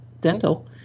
dental